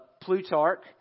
Plutarch